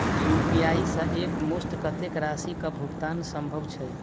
UPI सऽ एक मुस्त कत्तेक राशि कऽ भुगतान सम्भव छई?